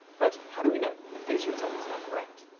but how do we know if these results are correct?